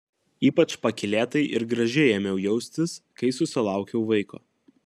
ypač pakylėtai ir gražiai ėmiau jaustis kai susilaukiau vaiko